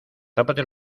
tápate